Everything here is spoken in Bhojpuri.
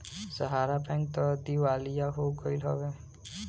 सहारा बैंक तअ दिवालिया हो गईल हवे